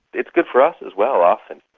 it's good for us as well often,